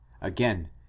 Again